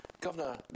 Governor